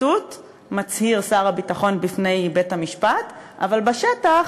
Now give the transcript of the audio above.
מצהיר שר הביטחון בפני בית-המשפט, אבל בשטח: